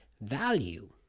value